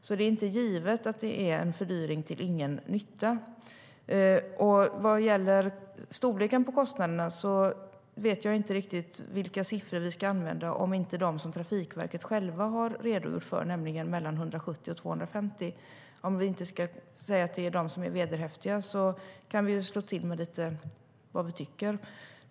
Det är alltså inte givet att det är en fördyring till ingen nytta. När det gäller storleken på kostnaderna vet jag inte vilka siffror vi ska använda om vi inte använder dem som Trafikverket självt har redogjort för, nämligen mellan 170 och 250 miljoner. Om de inte ska gälla som vederhäftiga kan vi ju ta till lite vad vi tycker.